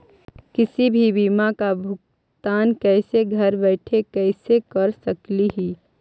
किसी भी बीमा का भुगतान कैसे घर बैठे कैसे कर स्कली ही?